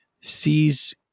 sees